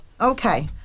Okay